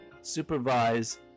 supervise